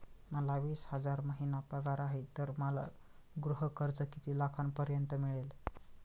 मला वीस हजार महिना पगार आहे तर मला गृह कर्ज किती लाखांपर्यंत मिळेल?